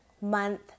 month